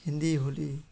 Hindi Holi